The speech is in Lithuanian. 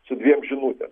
su dviem žinutėm